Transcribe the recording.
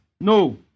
No